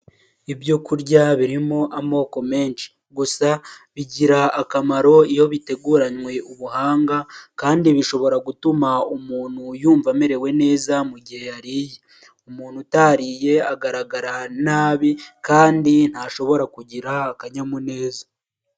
Ibyo kurya birimo amoko menshi gusa bigira akamaro iyo biteguranywe ubuhanga kandi bishobora gutuma umuntu yumva amerewe neza mu gihe yariye. Umuntu utariye agaragara nabi kandi ntashobora kugira akanyamuneza.